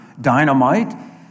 dynamite